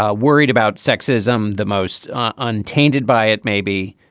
ah worried about sexism, the most untainted by it? maybe.